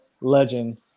legend